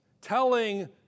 telling